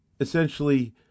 essentially